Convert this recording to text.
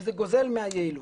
וזה גוזל מהיעילות.